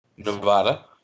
Nevada